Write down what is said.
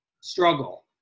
struggle